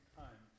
time